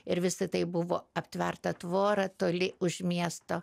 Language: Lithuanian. ir visa tai buvo aptverta tvora toli už miesto